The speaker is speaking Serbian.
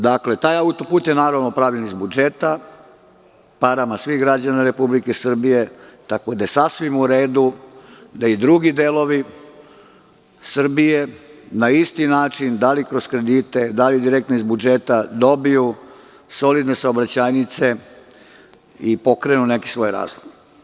Dakle, taj autoput je, naravno, pravljen iz budžeta, parama svih građana Republike Srbije, tako da je sasvim u redu da i drugi delovi Srbije na isti način, da li kroz kredite, da li direktno iz budžeta dobiju solidne saobraćajnice i pokrenu neki svoj razvoj.